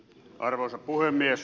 arvoisa puhemies